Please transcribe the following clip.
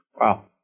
Wow